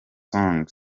song